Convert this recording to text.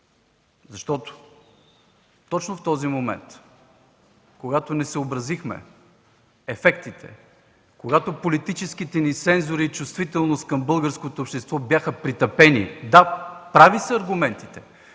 грешка точно в този момент, когато не съобразихме ефектите, когато политическите ни сензори и чувствителност към българското общество бяха притъпени. Да, прави са аргументите,